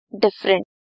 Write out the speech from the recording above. different